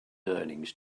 earnings